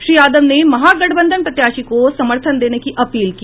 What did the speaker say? श्री यादव ने महागठबंधन प्रत्याशी को समर्थन देने की अपील की